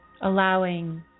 Allowing